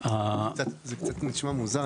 זה קצת נשמע מוזר,